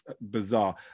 bizarre